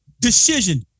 decision